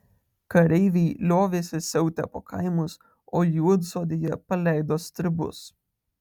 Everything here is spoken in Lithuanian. kareiviai liovėsi siautę po kaimus o juodsodėje paleido stribus